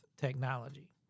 technology